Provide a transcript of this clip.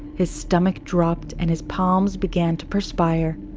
his stomach dropped, and his palms began to perspire.